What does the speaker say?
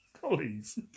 colleagues